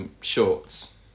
Shorts